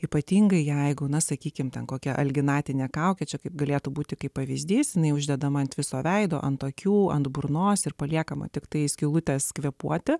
ypatingai jeigu na sakykime ten kokia alginatinė kaukė čia kaip galėtų būti kaip pavyzdys jinai uždedama ant viso veido ant akių ant burnos ir paliekama tiktai skylutes kvėpuoti